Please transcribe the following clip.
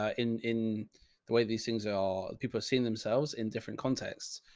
ah in, in the way these things are, people are seeing themselves in different contexts.